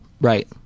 right